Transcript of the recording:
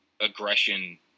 aggression –